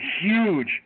huge